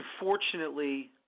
unfortunately